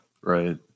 Right